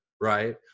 right